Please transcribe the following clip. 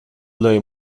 لای